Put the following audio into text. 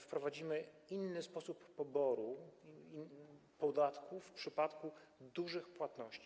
Wprowadzimy inny sposób poboru podatków w przypadku dużych płatności.